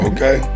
Okay